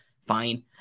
fine